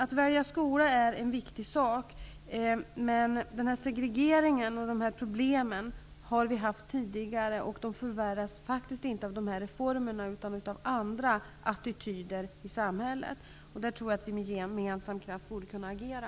Att välja skola är en viktig sak, men segregeringen och därmed sammanhängande problem har vi haft även tidigare. De förvärras faktiskt inte av reformerna utan av andra attityder i samhället. Där tror jag att vi gemensamt kan agera.